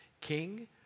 King